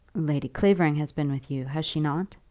lady clavering has been with you has she not?